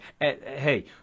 hey